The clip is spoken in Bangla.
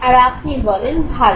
আর আপনি বলেন ভালো